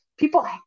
People